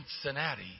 Cincinnati